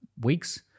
weeks